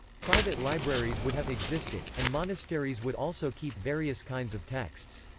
private libraries would have existed, and monasteries would also keep various kinds of texts.